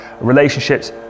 relationships